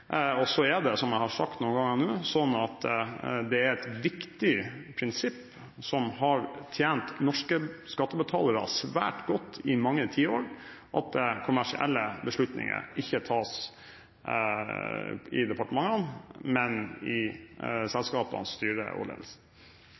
samfunnsansvar. Så er det, som jeg har sagt noen ganger nå, sånn at det er et viktig prinsipp, som har tjent norske skattebetalere svært godt i mange tiår, at kommersielle beslutninger ikke tas i departementene, men i